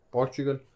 Portugal